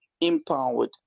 empowered